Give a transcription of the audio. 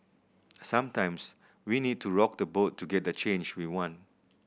sometimes we need to rock the boat to get the change we want